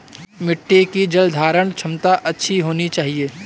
मिट्टी की जलधारण क्षमता अच्छी होनी चाहिए